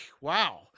Wow